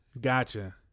Gotcha